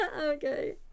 Okay